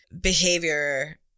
behavior